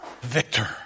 victor